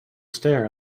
stare